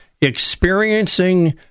Experiencing